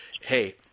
hey